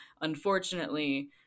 unfortunately